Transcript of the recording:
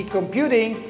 Computing